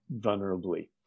vulnerably